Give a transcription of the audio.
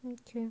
okay